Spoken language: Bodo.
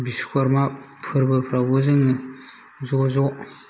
बिश्वकर्मा फोरबोफ्रावबो जोङो ज' ज'